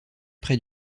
près